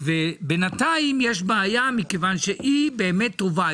בינתיים יש בעיה מכיוון שהיא באמת טובה,